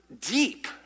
deep